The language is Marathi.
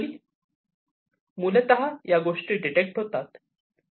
मूलतः या गोष्टी डिटेक्ट होतात